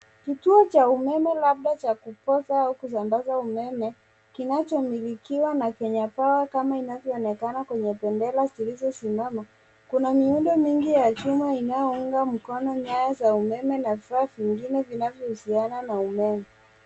Kituo cha umeme labda cha kupoza au kusambaza umeme kinachomilikiwa na Kenya power kama inavyoonekana kwenye bendera zilizo simama. Kuna miundo mingi ya chuma inayounga mkono nyayo za umeme na vifaa vingine vinayo husiana na umeme.